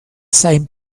same